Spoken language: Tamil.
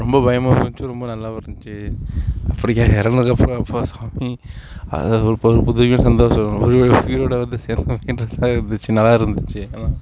ரொம்ப பயமாகவும் இருந்துச்சு ரொம்ப நல்லாவும் இருந்துச்சு அப்படியே இறங்கனதுக்கப்பறம் அப்பா சாமி ஒரு பக்கம் சந்தோஷம் உயிரோ உயிரோட வந்து சேர்ந்தமேன்ற இருந்துச்சு நல்லா இருந்துச்சு ஆமாம்